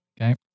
Okay